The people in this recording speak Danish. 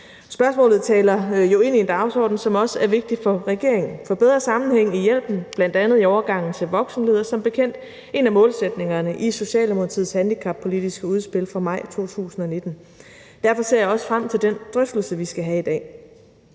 Spørgsmålet taler jo ind i en dagsorden, som også er vigtig for regeringen, for bedre sammenhæng i hjælpen, bl.a. ved overgangen til voksenlivet, er som bekendt en af målsætningerne i Socialdemokratiets handicappolitiske udspil fra maj 2019. Derfor ser jeg også frem til den drøftelse, vi skal have i dag.